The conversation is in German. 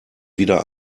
wieder